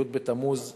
י' בתמוז התשע"ב,